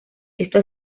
esto